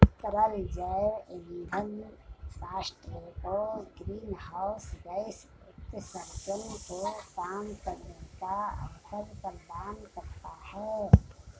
तरल जैव ईंधन राष्ट्र को ग्रीनहाउस गैस उत्सर्जन को कम करने का अवसर प्रदान करता है